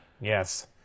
Yes